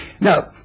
Now